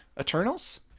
eternals